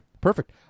perfect